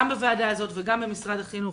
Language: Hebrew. גם בוועדה הזאת וגם במשרד החינוך.